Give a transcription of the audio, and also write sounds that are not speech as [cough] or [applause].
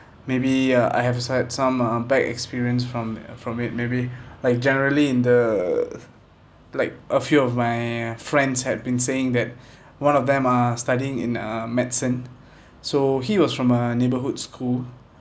maybe uh I have such some uh bad experience from uh from it maybe like generally in the [breath] like a few of my friends had been saying that [breath] one of them are studying in uh medicine [breath] so he was from a neighbourhood school